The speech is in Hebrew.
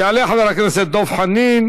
יעלה חבר הכנסת דב חנין,